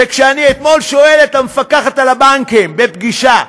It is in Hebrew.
וכשאני אתמול שואל את המפקחת על הבנקים בפגישה,